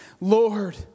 Lord